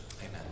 Amen